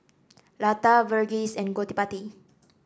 Lata Verghese and Gottipati